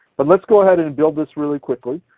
but let's go ahead and build this really quickly.